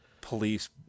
police